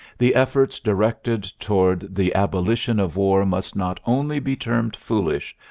the efforts directed toward the abolition of war must not only be termed foolish,